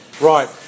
Right